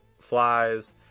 flies